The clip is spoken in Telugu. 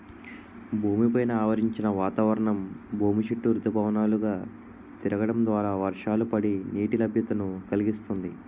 భూమి పైన ఆవరించిన వాతావరణం భూమి చుట్టూ ఋతుపవనాలు గా తిరగడం ద్వారా వర్షాలు పడి, నీటి లభ్యతను కలిగిస్తుంది